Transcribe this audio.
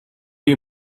you